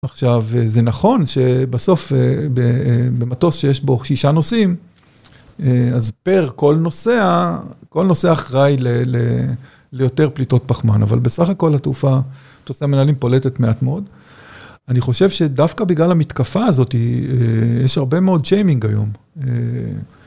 עכשיו, זה נכון שבסוף, במטוס שיש בו שישה נוסעים, אז פר כל נוסע, כל נוסע אחראי ליותר פליטות פחמן, אבל בסך הכל התעופה, נראה לי פולטת מעט מאוד. אני חושב שדווקא בגלל המתקפה הזאת, יש הרבה מאוד שיימינג היום.